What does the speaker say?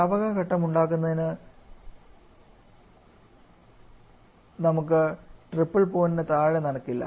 ദ്രാവക ഘട്ടം ഉണ്ടാക്കുന്നതിന് നമുക്ക് ട്രിപ്പിൾ പോയിൻറ് താഴെ നടക്കില്ല